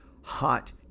hot